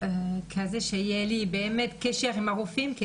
שיהיה לי קשר עם הרופאים,